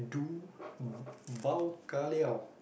do bao ka liao